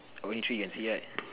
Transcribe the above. only three can see right